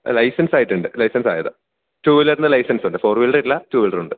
ലൈസെൻസായിട്ടുണ്ട് licence ആയതാണ് two വീലറിന് ലൈസെൻസുണ്ട് ഫോർ വീലറില്ല ടു വീലറുണ്ട്